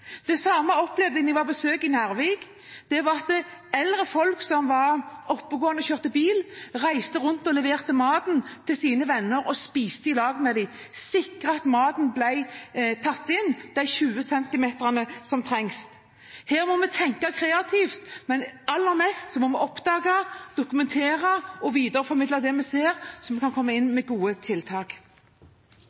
Det samme opplevde jeg da jeg var på besøk i Narvik. Eldre folk som var oppegående og kjørte bil, reiste rundt og leverte mat til sine venner og spiste i lag med dem, og sikret at maten ble tatt inn de 20 centimeterne som trengtes. Her må vi tenke kreativt, men aller mest må vi oppdage, dokumentere og videreformidle det vi ser, så vi kan komme inn med gode tiltak.